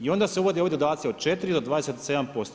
Onda se uvode ovi dodaci od 4 do 27%